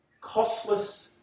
costless